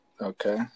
Okay